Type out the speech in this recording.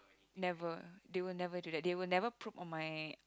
never they will never do that they will never probe on my